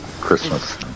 Christmas